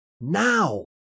now